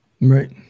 Right